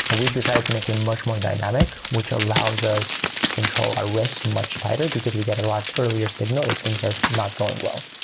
and we've decided to make it much more dynamic, which allows us to control our risk much tighter because we get a lot earlier signal if things are not going well.